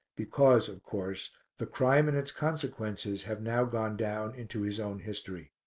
because, of course, the crime and its consequences have now gone down into his own history.